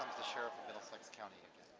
the sheriff of middlesex county. and